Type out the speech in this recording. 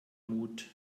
mut